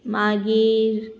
मागीर